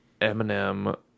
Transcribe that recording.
Eminem